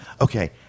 okay